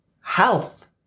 health